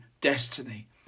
destiny